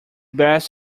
best